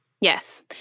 Yes